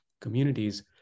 communities